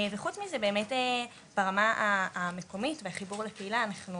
וחוץ מזה באמת ברמה המקומית בחיבור לקהילה אנחנו